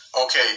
Okay